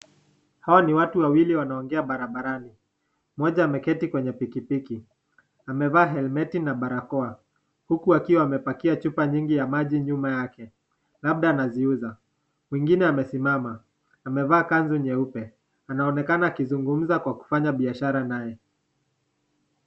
Hawa ni watu wawili wanaongea barabarani, moja ameketi kwenye pikipiki, amevaa helmeti na barakoa huku akiwa amepakia chupa nyingi ya maji nyuma yake, labda anaziuza. Mwingine amesimama amevaa kanzu nyeupe anaonekana akizungumza kwa kufanya biashara naye.